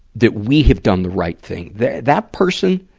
that we have done the right thing. that that person,